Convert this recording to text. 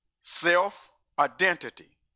Self-identity